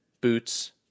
boots